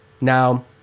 Now